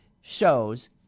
shows